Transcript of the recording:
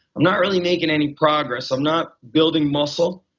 i'm not really making any progress. i'm not building muscle.